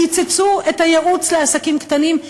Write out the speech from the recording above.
קיצצו את הייעוץ לעסקים קטנים,